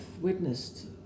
witnessed